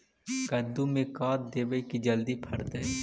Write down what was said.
कददु मे का देबै की जल्दी फरतै?